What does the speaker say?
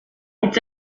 hitz